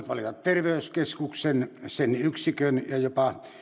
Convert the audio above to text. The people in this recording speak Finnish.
terveyskeskuksen sen yksikön ja jopa